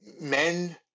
Men